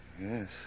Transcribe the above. Yes